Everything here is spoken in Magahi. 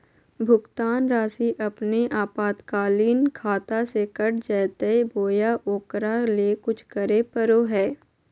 भुक्तान रासि अपने आपातकालीन खाता से कट जैतैय बोया ओकरा ले कुछ करे परो है?